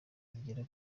zigera